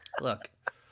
look